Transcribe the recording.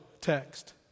text